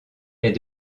est